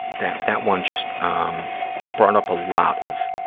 that that one just um brought up a lot of,